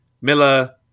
Miller